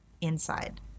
inside